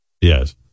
Yes